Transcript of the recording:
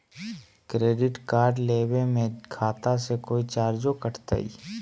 Credit card लेवे में खाता से कोई चार्जो कटतई?